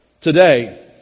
Today